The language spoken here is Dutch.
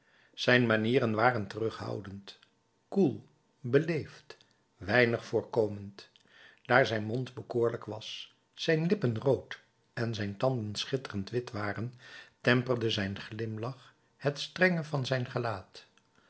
zijn manieren waren terughoudend koel beleefd weinig voorkomend daar zijn mond bekoorlijk was zijn lippen rood en zijn tanden schitterend wit waren temperde zijn glimlach het strenge van zijn gelaat